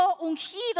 ungido